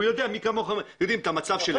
מי כמוני יודע מה המצב שלהם.